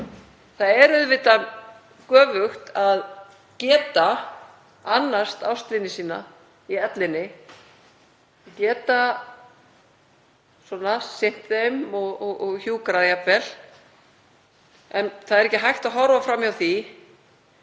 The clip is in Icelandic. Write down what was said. Það er auðvitað göfugt að geta annast ástvini sína í ellinni, geta sinnt þeim og jafnvel hjúkrað, en það er ekki hægt að horfa fram hjá því